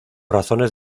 razones